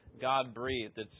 God-breathed